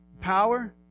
Power